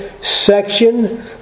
section